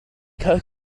kirk